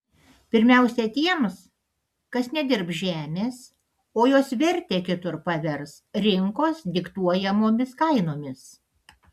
pirmiausia tiems kas nedirbs žemės o jos vertę kitur pavers rinkos diktuojamomis kainomis